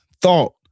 thought